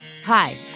Hi